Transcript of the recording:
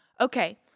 okay